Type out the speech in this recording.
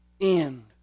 end